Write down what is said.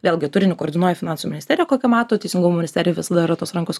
vėlgi turinį koordinuoja finansų ministerija kokį mato teisingumo ministerija visada yra tos rankos kurios